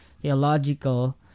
theological